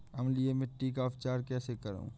अम्लीय मिट्टी का उपचार कैसे करूँ?